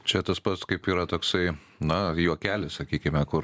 čia tas pats kaip yra toksai na juokelis sakykime kur